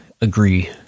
agree